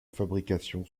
fabrication